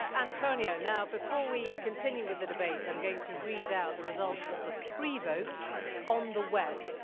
antonio. now before we continue with the debate, i'm going to read out the result of the pre-vote on the web.